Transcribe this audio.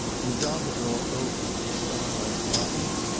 and dotted all over, with star-like blossoms,